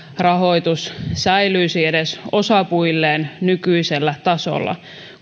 rahoitus säilyisi edes osapuilleen nykyisellä tasolla